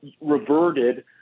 reverted